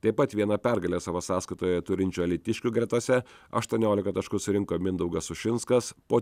taip pat vieną pergalę savo sąskaitoje turinčių alytiškių gretose aštuoniolika taškų surinko mindaugas sušinskas po